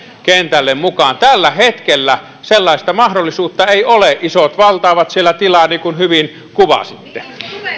kentälle mukaan tällä hetkellä sellaista mahdollisuutta ei ole isot valtaavat siellä tilaa niin kuin hyvin kuvasitte